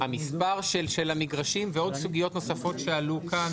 המספר של המגרשים ועוד סוגיות נוספות שעלו כאן